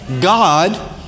God